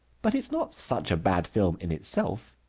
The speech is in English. but it is not such a bad film in itself.